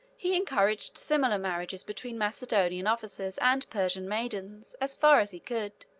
he encouraged similar marriages between macedonian officers and persian maidens, as far as he could.